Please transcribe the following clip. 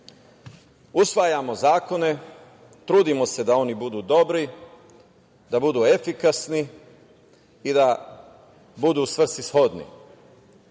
usvajamo zakone, trudimo se da oni budu dobri, da budu efikasni i da budu svrsishodni. Da